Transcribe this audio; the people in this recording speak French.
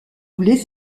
les